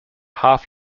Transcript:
half